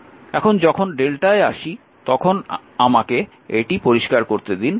এখন যখন Δ এ আসি তখন আমাকে এটি পরিষ্কার করতে দিন